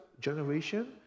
generation